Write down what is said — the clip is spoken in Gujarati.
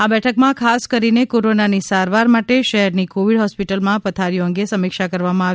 આ બેઠકમાં ખાસ કરીને કોરોનાની સારવાર માટે શહેરની કોવીડ હોસ્પિટલમાં પથારીઓ અંગે સમીક્ષા કરવામાં આવી